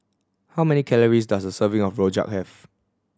how many calories does a serving of rojak have